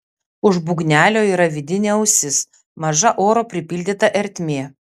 už būgnelio yra vidinė ausis maža oro pripildyta ertmė